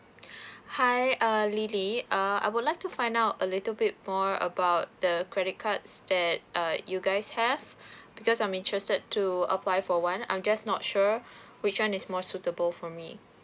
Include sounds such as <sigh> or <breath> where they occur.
<breath> hi uh lily uh I would like to find out a little bit more about the credit cards that uh you guys have <breath> because I'm interested to apply for one I'm just not sure which one is more suitable for me